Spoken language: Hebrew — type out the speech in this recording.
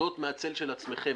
פוחדות מהצל של עצמכן.